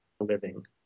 living